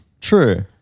True